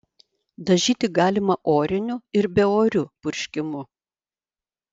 dažyti galima oriniu ir beoriu purškimu